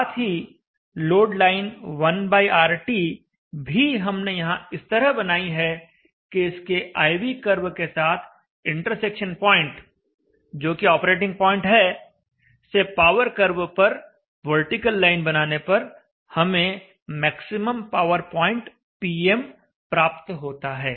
साथ ही load line 1RT भी हमने यहाँ इस तरह बनाई है कि इसके I V कर्व के साथ इंटरसेक्शन पॉइंट जो कि ऑपरेटिंग पॉइंट है से पावर कर्व पर वर्टीकल लाइन बनाने पर हमें मैक्सिमम पावर पॉइंट Pm प्राप्त होता है